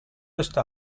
esta